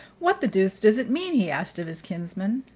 what the deuce does it mean? he asked of his kinsman.